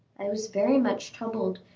i was very much troubled,